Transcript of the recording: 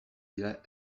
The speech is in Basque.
dira